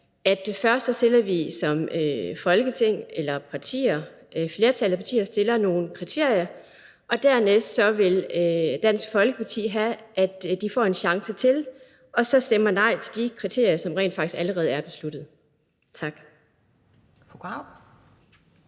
som Dansk Folkeparti gerne vil have, at et flertal opstiller nogle kriterier, og dernæst vil Dansk Folkeparti have, at de får en chance til, og så stemmer de nej til de kriterier, som rent faktisk allerede er besluttet. Tak.